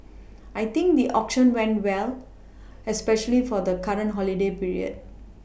I think the auction went well especially for the current holiday period